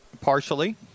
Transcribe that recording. partially